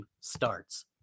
starts